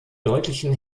deutlichen